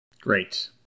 Great